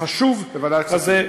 החשוב הזה,